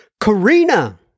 Karina